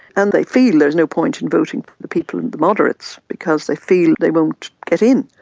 and they feel there's no point in voting for the people in the moderates because they feel they won't get in.